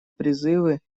призывы